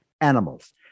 animals